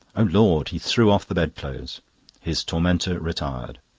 o lord! he threw off the bed-clothes his tormentor retired.